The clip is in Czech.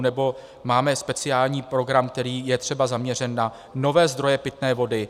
Nebo máme speciální program, který je třeba zaměřen na nové zdroje pitné vody.